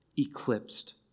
Eclipsed